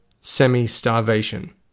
semi-starvation